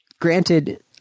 Granted